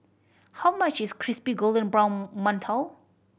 how much is crispy golden brown mantou